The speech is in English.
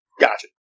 Gotcha